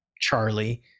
Charlie